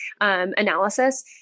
analysis